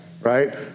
right